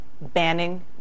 banning